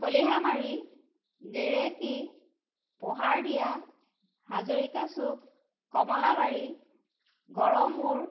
খলিহা মাৰি গেৰেকী পোহাৰ দিয়া হাজৰিকা চুক কমলাবাৰী গড়মূৰ